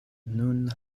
nun